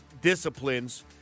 disciplines